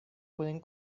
pueden